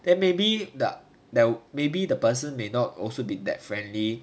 then maybe the maybe the person may not also be that friendly